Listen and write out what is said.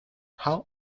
how